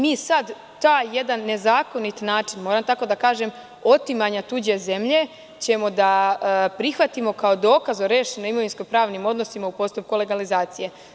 Mi sada taj jedan nezakonit način, moram tako da kažem, otimanja tuđe zemlje ćemo da prihvatimo kao dokaz o rešenim imovinsko-pravnim odnosima u postupku legalizacije.